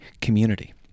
community